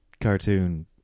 cartoon